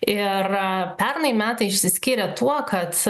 ir pernai metai išsiskyrė tuo kad